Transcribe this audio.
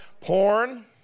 Porn